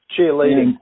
cheerleading